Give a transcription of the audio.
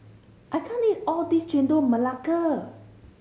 I can't eat all of this Chendol Melaka